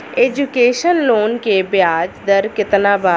Education loan के ब्याज दर केतना बा?